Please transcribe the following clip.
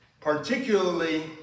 particularly